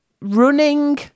Running